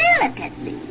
delicately